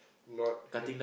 not h~